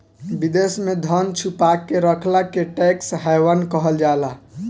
विदेश में धन छुपा के रखला के टैक्स हैवन कहल जाला